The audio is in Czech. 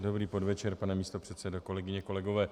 Dobrý podvečer, pane místopředsedo, kolegyně, kolegové.